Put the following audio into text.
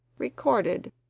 Recorded